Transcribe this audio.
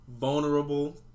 Vulnerable